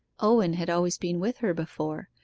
owen had always been with her before,